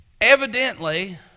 evidently